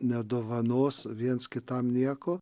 nedovanos viens kitam nieko